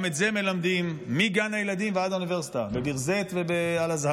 גם את זה מלמדים מגן הילדים ועד האוניברסיטה בביר זית ובאל-אזהר.